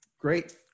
great